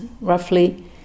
roughly